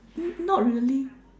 not really